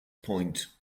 point